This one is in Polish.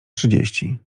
trzydzieści